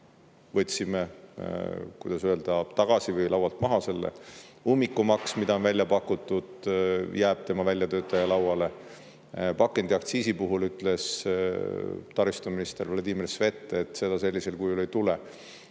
võtsime, kuidas öelda, tagasi või laualt maha. Ummikumaks, mida on välja pakutud, jääb tema väljatöötaja lauale. Pakendiaktsiisi puhul ütles taristuminister Vladimir Svet, et seda sellisel kujul ei tule.